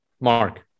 mark